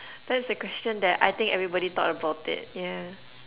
that's a question that I think everybody thought about it yeah